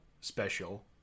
special